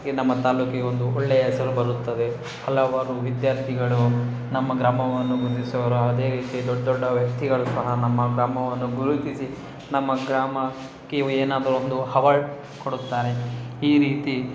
ಈ ನಮ್ಮ ತಾಲ್ಲೂಕಿಗೊಂದು ಒಳ್ಳೆಯ ಹೆಸರು ಬರುತ್ತದೆ ಹಲವಾರು ವಿದ್ಯಾರ್ಥಿಗಳು ನಮ್ಮ ಗ್ರಾಮವನ್ನು ಗುರುತಿಸುವರು ಅದೇ ರೀತಿ ದೊಡ್ಡ ದೊಡ್ಡ ವ್ಯಕ್ತಿಗಳು ಸಹ ನಮ್ಮ ಗ್ರಾಮವನ್ನು ಗುರುತಿಸಿ ನಮ್ಮ ಗ್ರಾಮಕ್ಕೆ ಏನಾದರೊಂದು ಹವಾರ್ಡ್ ಕೊಡುತ್ತಾರೆ ಈ ರೀತಿ